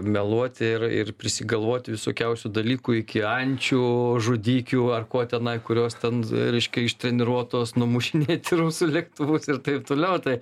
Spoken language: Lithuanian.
meluoti ir ir prisigalvoti visokiausių dalykų iki ančių žudikių ar ko tenai kurios ten reiškia ištreniruotos numušinėti rusų lėktuvus ir taip toliau tai